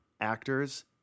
actors